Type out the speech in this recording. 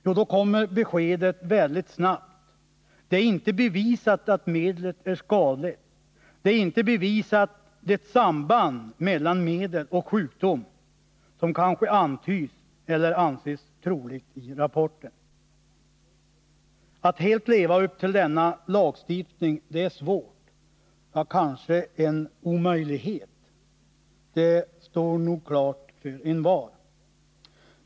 Jo, då kommer beskedet väldigt snabbt: Det är inte bevisat att medlet är skadligt. Det samband mellan medel och sjukdom som i rapporten kanske antyds eller anförs som troligt är inte bevisat. Att helt leva upp till denna lagstiftning är svårt, ja, kanske omöjligt — det står nog klart för envar.